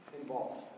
involved